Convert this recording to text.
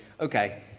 okay